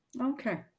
Okay